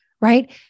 right